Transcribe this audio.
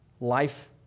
Life